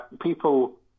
people